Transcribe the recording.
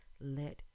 let